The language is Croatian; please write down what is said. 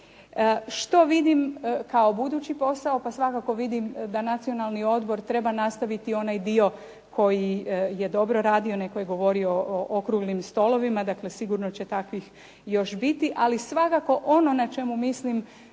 Što vidim kao budući posao? Pa svakako vidim da Nacionalni odbor treba nastaviti onaj dio koji je dobro radio. Netko je govorio o okruglim stolovima, dakle sigurno će takvih još biti, ali svakako ono na čemu mislim